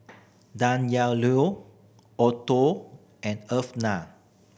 Danyelle Otho and Eartha